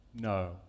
No